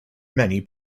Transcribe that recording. many